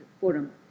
forum